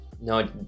no